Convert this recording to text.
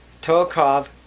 Tokov